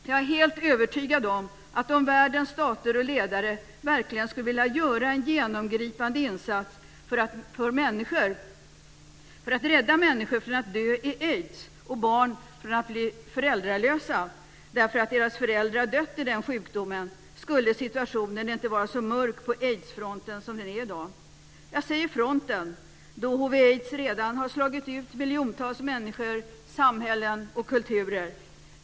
Jag är helt övertygad om att om världens stater och ledare verkligen skulle vilja göra en genomgripande insats för att rädda människor från att dö i aids och barn från att bli föräldralösa därför att deras föräldrar dött i den sjukdomen skulle situationen inte vara så mörk på aidsfronten som den är i dag. Jag säger "fronten", då hiv/aids redan har slagit ut miljontals människor, samhällen och kulturer.